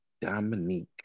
Dominique